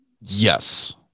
Yes